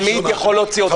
אתה תמיד יכול להוציא אותי.